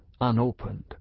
unopened